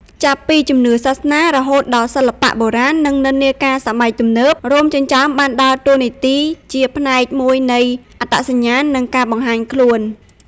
ចាប់ពីជំនឿសាសនា រហូតដល់សិល្បៈបុរាណ និងនិន្នាការសម័យទំនើប រោមចិញ្ចើមបានដើរតួនាទីជាផ្នែកមួយនៃអត្តសញ្ញាណ និងការបង្ហាញខ្លួន។